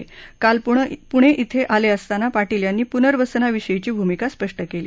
ते काल पुणे इथं आले असतांना पाटील यांनी पुनर्वसनाविषयीची भूमिका स्पष्ट केली